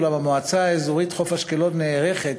אולם המועצה האזורית חוף-אשקלון נערכת